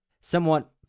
somewhat